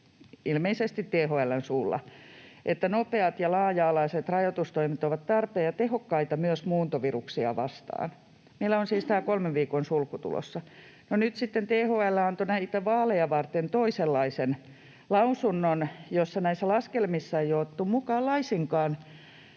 ilmeisesti THL:n suulla, että nopeat ja laaja-alaiset rajoitustoimet ovat tarpeen ja tehokkaita myös muuntoviruksia vastaan. Meillä on siis tämä kolmen viikon sulku tulossa. No, nyt sitten THL antoi näitä vaaleja varten toisenlaisen lausunnon, jossa näissä laskelmissa ei ole otettu mukaan laisinkaan